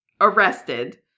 arrested